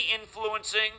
influencing